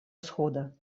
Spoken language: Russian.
исхода